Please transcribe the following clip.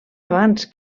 abans